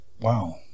Wow